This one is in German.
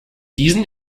diesen